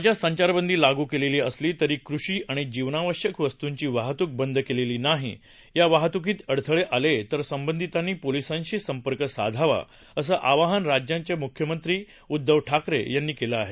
राज्यात संचारबंदी लागू केलेली असली तरी कृषी आणि जीवनावश्यक वस्तूंची वाहतूक बंद केलेली नाही या वाहतूकीत अडथळे आले तर संबंधितांनी पोलिसांशी संपर्क साधावा असं आवाहन राज्याचे मुख्यमंत्री उदघव ठाकरे यांनी केलं आहे